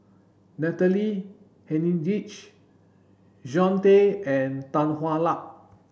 Natalie Hennedige John Tay and Tan Hwa Luck